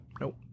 Nope